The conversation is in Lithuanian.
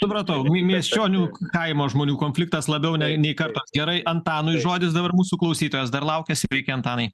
supratau miesčionių kaimo žmonių konfliktas labiau nei nei kartos gerai antanui žodis dabar mūsų klausytojas dar laukia sveiki antanai